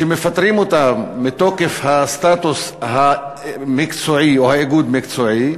שמפטרים אותם מתוקף הסטטוס המקצועי או איגוד מקצועי,